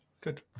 Good